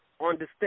understand